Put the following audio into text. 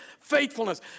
faithfulness